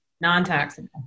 non-taxable